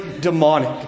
demonic